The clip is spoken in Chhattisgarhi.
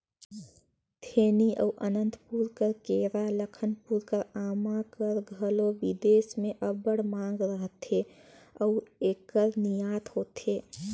थेनी अउ अनंतपुर कर केरा, लखनऊ कर आमा कर घलो बिदेस में अब्बड़ मांग रहथे अउ एकर निरयात होथे